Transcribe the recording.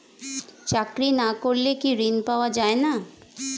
চাকরি না করলে কি ঋণ পাওয়া যায় না?